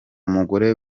mugore